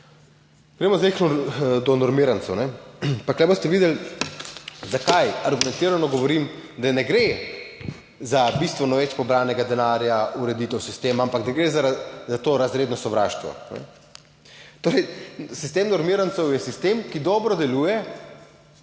Gremo zdaj do normirancev. Tu boste videli - argumentirano govorim -, da ne gre za bistveno več pobranega denarja, ureditev sistema, ampak da gre za to razredno sovraštvo. Torej, sistem normirancev je sistem, ki dobro deluje